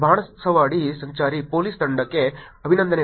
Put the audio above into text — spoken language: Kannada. ಬಾಣಸವಾಡಿ ಸಂಚಾರಿ ಪೊಲೀಸ್ ತಂಡಕ್ಕೆ ಅಭಿನಂದನೆಗಳು